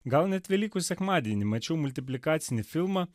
gal net velykų sekmadienį mačiau multiplikacinį filmą